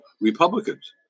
Republicans